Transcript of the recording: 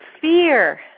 fear